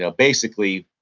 ah basically,